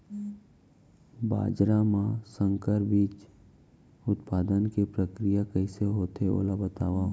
बाजरा मा संकर बीज उत्पादन के प्रक्रिया कइसे होथे ओला बताव?